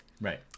right